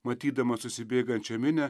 matydamas susibėgančią minią